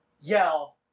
yell